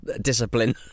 discipline